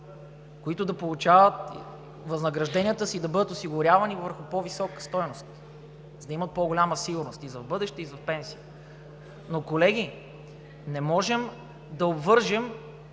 които да получават възнагражденията си и да бъдат осигурявани върху по-висока стойност – да имат по-голяма сигурност и за в бъдеще, и за пенсии. Но, колеги, не можем да обвържем